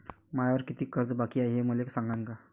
मायावर कितीक कर्ज बाकी हाय, हे मले सांगान का?